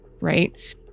right